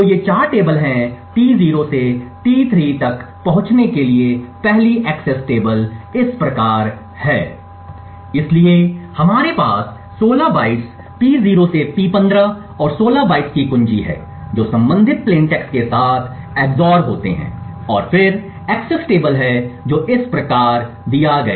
तो ये 4 टेबल हैं T0 से T3 तक पहुंचने के लिए पहली एक्सेस टेबल इस प्रकार है इसलिए हमारे पास 16 बाइट्स P0 से P15 और 16 बाइट्स की कुंजी हैं जो संबंधित प्लेन टेक्स्ट के साथ XOR होते हैं और फिर एक्सेस टेबल हैं जो हैं इस प्रकार किया गया